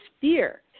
fear